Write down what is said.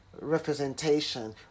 representation